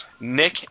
Nick